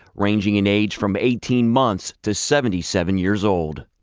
ranging in age from eighteen months to seventy seven years old.